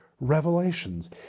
revelations